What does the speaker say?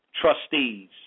trustees